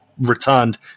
returned